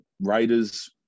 Raiders